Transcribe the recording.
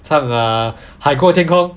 昌 uh 海阔天空